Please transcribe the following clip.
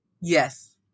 Yes